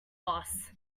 boss